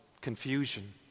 confusion